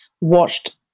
watched